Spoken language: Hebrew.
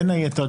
בין היתר,